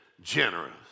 generous